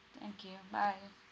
thank you bye